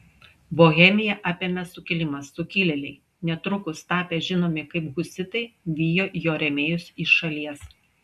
bohemiją apėmė sukilimas sukilėliai netrukus tapę žinomi kaip husitai vijo jo rėmėjus iš šalies